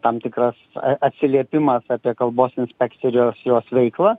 tam tikras atsiliepimas apie kalbos inspekciją ir jos jos veiklą